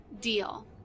deal